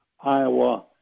Iowa